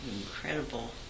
incredible